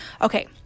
Okay